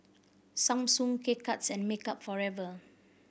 Samsung K Cuts and Makeup Forever